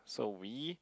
so we